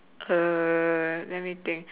uh let me think